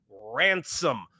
ransom